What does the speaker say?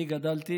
אני גדלתי